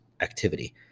activity